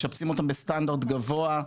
משפצים אותן בסטנדרט גבוה.